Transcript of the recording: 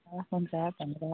हुन्छ धन्यवाद